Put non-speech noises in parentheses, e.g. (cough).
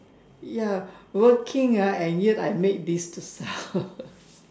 ya working ah and yet I made this to sell (laughs)